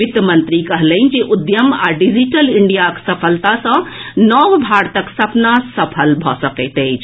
वित्त मंत्री कहलनि जे उद्यम आ डिजिटल इंडियाक सफलता सऽ नव भारतक सपना सफल भऽ सकैत अछि